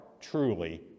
truly